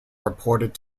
reported